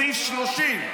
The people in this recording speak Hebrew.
סעיף 30,